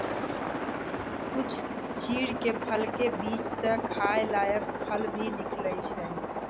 कुछ चीड़ के फल के बीच स खाय लायक फल भी निकलै छै